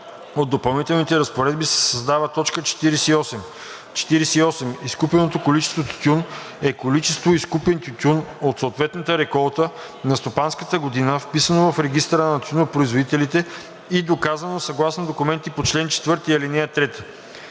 от допълнителните разпоредби се създава т. 48: „48. „Изкупено количество тютюн“ е количество изкупен тютюн от съответната реколта на стопанската година, вписано в регистъра на тютюнопроизводителите и доказано съгласно документите по чл. 4, ал. 3.“